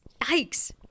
Yikes